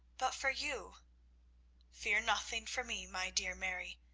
but for you fear nothing for me, my dear mary,